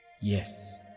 Yes